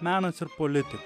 menas ir politika